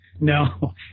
No